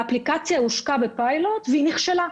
האפליקציה הושקה בפיילוט ונכשלה.